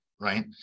Right